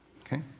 okay